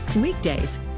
weekdays